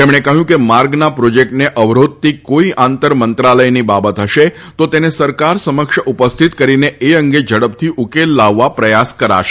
તેમણે કહ્યું કે માર્ગના પ્રોજેક્ટને અવરોધતી કોઈ આંતર મંત્રાલયની બાબત હશે તો તેને સરકાર સમક્ષ ઉપસ્થિત કરીને એ અંગે ઝડપથી ઉકેલ લાવવા પ્રયાસ કરાશે